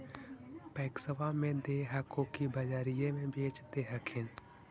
पैक्सबा मे दे हको की बजरिये मे बेच दे हखिन?